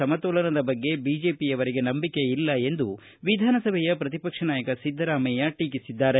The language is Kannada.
ಸಮತೋಲನದ ಬಗ್ಗೆ ಬಿಜೆಪಿಯವರಿಗೆ ನಂಬಿಕೆ ಇಲ್ಲ ಎಂದು ವಿಧಾನಸಭೆ ಪ್ರತಿಪಕ್ಷ ನಾಯಕ ಸಿದ್ದರಾಮಯ್ಯ ಟೀಕಿಸಿದ್ದಾರೆ